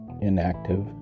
inactive